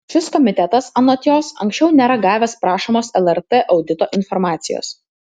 šis komitetas anot jos anksčiau nėra gavęs prašomos lrt audito informacijos